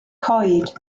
coed